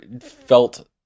felt